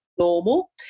normal